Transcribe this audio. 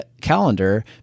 calendar